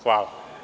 Hvala.